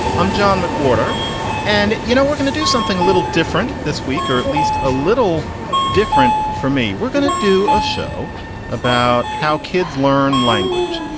i'm john mcwhorter and, you know, we're going to do something a little different this week or at least a little different for me. we're going to do a show about how kids learn language.